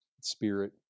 spirit